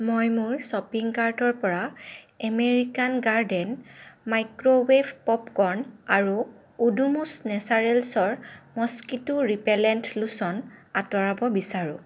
মই মোৰ শ্বপিং কাৰ্টৰ পৰা এমেৰিকান গাৰ্ডেন মাইক্ৰ'ৱেভ পপকৰ্ন আৰু ওদুমছ নেচাৰেলছৰ মস্কিটো ৰিপেলেণ্ট লোচন আঁতৰাব বিচাৰোঁ